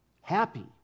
happy